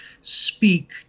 speak